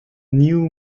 new